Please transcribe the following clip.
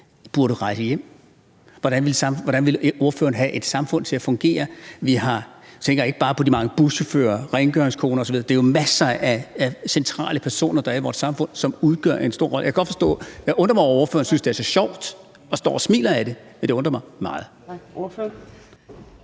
Hvordan ville ordføreren have et samfund til at fungere? Nu tænker jeg ikke bare på de mange buschauffører, rengøringskoner osv., for det er jo masser af centrale personer, der er i vort samfund, som udgør en stor del. Jeg undrer mig over, at ordføreren synes, det er så sjovt og står og smiler af det, men det undrer mig meget.